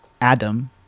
adam